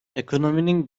ekonominin